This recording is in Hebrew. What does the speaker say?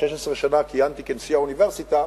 16 שנה כיהנתי כנשיא האוניברסיטה,